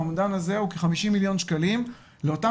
האומדן הזה הוא כ-50 מיליון שקלים לאותן